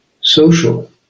social